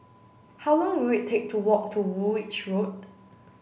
how long will it take to walk to Woolwich Road